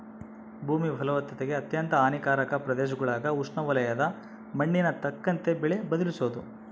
ಭೂಮಿ ಫಲವತ್ತತೆಗೆ ಅತ್ಯಂತ ಹಾನಿಕಾರಕ ಪ್ರದೇಶಗುಳಾಗ ಉಷ್ಣವಲಯದ ಮಣ್ಣಿಗೆ ತಕ್ಕಂತೆ ಬೆಳೆ ಬದಲಿಸೋದು